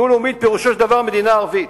דו-לאומית, פירושו של דבר מדינה ערבית.